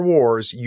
Wars